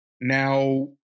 Now